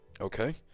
Okay